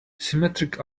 symmetric